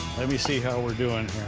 let me see how we're doing